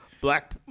black